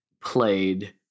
played